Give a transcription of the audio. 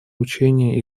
учения